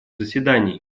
заседаний